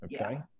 Okay